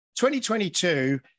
2022